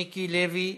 מיקי לוי,